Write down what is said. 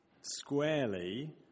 squarely